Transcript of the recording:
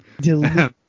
Delete